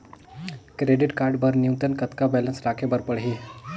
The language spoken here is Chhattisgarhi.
क्रेडिट कारड बर न्यूनतम कतका बैलेंस राखे बर पड़ही?